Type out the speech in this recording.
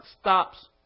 stops